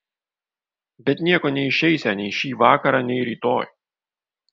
bet nieko neišeisią nei šį vakarą nei rytoj